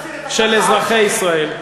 רק תחזיר את הקרקעות שלנו.